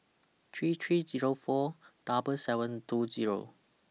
three three Zero four double seven two Zero